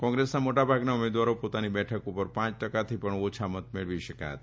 કોંગ્રેસના મોટાભાગના ઉમેદવારો પોતાની બેઠક પર પાંચ ટકાથી પણ ઓછા મત મેળવી શક્યા હતા